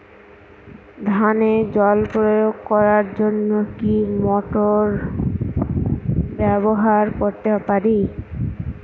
ধানে জল প্রয়োগ করার জন্য কি মোটর ব্যবহার করতে পারি?